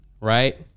right